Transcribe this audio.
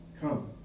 Come